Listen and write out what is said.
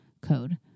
code